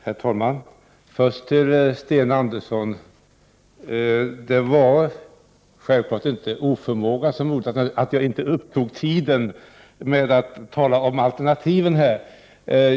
Herr talman! Först till Sten Andersson i Malmö. Det var självfallet inte oförmåga som gjorde att jag inte upptog tiden med att tala om alternativen.